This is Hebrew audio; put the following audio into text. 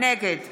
נגד